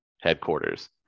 headquarters